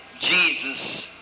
Jesus